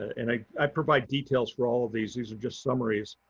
and i i provide details for all of these, these are just summaries,